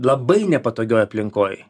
labai nepatogioj aplinkoj